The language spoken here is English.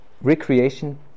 recreation